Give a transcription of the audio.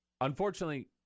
Unfortunately